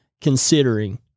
considering